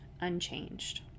unchanged